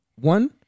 one